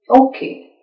Okay